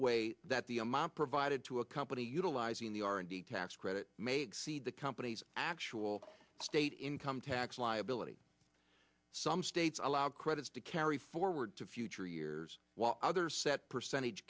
way that the amount provided to a company utilizing the r and d tax credit may exceed the company's actual state income tax liability some states allow credits to carry forward to future years while others set percentage